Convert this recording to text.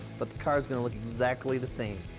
but the car's gonna look exactly the same.